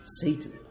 Satan